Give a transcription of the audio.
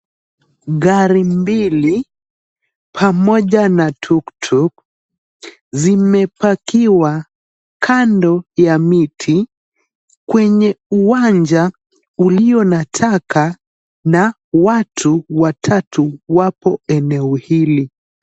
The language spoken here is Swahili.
Gari mbili pamoja na tuk tuk zimepakiwa kando ya miti, kwenye uwanja ulio na taka na watu watatu wapo eneo hili.